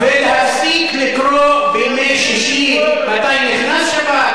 ולהפסיק לקרוא בימי שישי מתי נכנסת שבת,